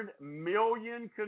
million